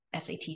SAT